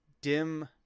dim